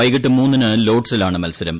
വൈകിട്ട് മൂന്നിന് ലോർഡ്സിലാണ് മൽസരം